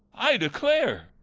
i declare!